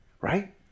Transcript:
right